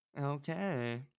Okay